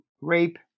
rape